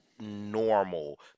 normal